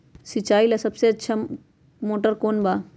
सिंचाई ला सबसे अच्छा मोटर कौन बा?